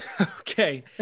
Okay